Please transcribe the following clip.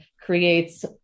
creates